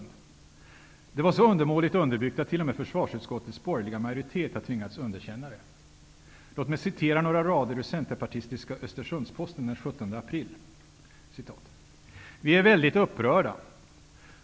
Det var så undermåligt underbyggt att t.o.m. försvarsutskottets borgerliga majoritet har tvingats underkänna det. Låt mig citera några rader ur centerpartistiska Östersundsposten den 17 april: ''-- Vi är väldigt upprörda.